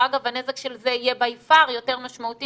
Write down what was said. שאגב הנזק של זה יהיה by far יותר משמעותי